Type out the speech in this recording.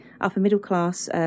upper-middle-class